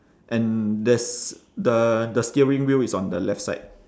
and there's the the steering wheel is on the left side